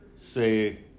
say